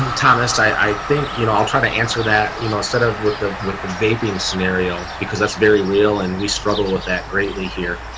and thomas, i think, you know, i'll try to answer that, you know, instead of with the with the babying scenario because that's very real and we struggle with that greatly here.